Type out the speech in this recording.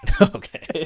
Okay